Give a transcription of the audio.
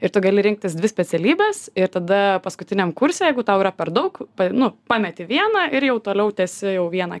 ir tu gali rinktis dvi specialybes ir tada paskutiniam kurse jeigu tau yra per daug nu pameti vieną ir jau toliau tęsi jau vieną